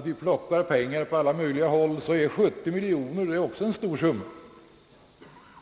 vi nu plockar pengar på alla möjliga håll är det klart att 70 miljoner kronor också är en stor summa.